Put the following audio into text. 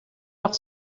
leur